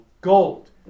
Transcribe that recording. Gold